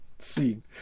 scene